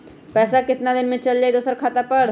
पैसा कितना दिन में चल जाई दुसर खाता पर?